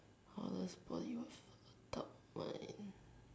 !wah! there's a body with dark mind